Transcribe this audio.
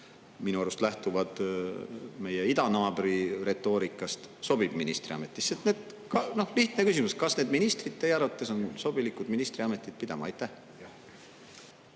minu arust, lähtuvad meie idanaabri retoorikast, sobib ministriametisse? Nii et lihtne küsimus: kas need ministrid teie arvates on sobilikud ministriametit pidama? Paraku